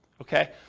Okay